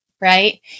Right